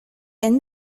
and